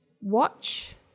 watch